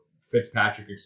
Fitzpatrick